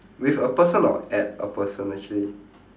with a person or at a person actually